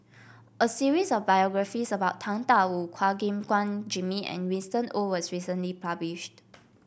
a series of biographies about Tang Da Wu Chua Gim Guan Jimmy and Winston Oh was recently published